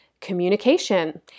communication